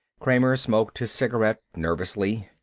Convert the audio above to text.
kramer smoked his cigarette nervously.